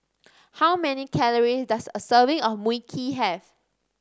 how many calories does a serving of Mui Kee have